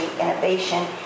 innovation